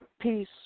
peace